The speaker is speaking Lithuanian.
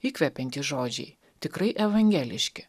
įkvepiantys žodžiai tikrai evangeliški